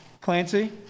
Clancy